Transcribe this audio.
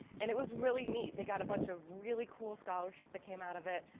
and it was really neat. they got a bunch of really cool scholarship that came out of it.